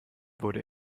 wurde